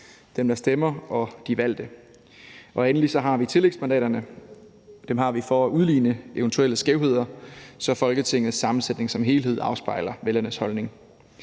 dem, der stemmer, og de valgte. Endelig har vi tillægsmandaterne, og dem har vi for at udligne eventuelle skævheder, så Folketingets sammensætning som helhed afspejler vælgernes holdning.